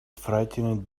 frightened